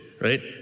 right